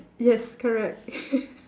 yes correct